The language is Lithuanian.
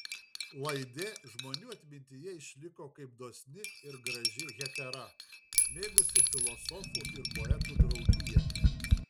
laidė žmonių atmintyje išliko kaip dosni ir graži hetera mėgusi filosofų ir poetų draugiją